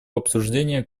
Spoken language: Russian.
обсуждения